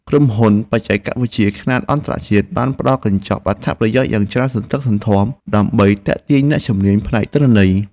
ក្រុមហ៊ុនបច្ចេកវិទ្យាខ្នាតអន្តរជាតិបានផ្តល់កញ្ចប់អត្ថប្រយោជន៍យ៉ាងច្រើនសន្ធឹកសន្ធាប់ដើម្បីទាក់ទាញអ្នកជំនាញផ្នែកទិន្នន័យ។